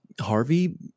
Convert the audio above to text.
harvey